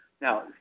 now